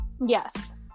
Yes